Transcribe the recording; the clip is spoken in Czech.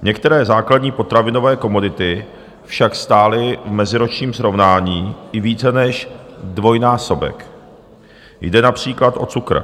Některé základní potravinové komodity však stály v meziročním srovnání i více než dvojnásobek, jde například o cukr.